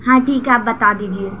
ہاں ٹھیک ہے آپ بتا دیجیے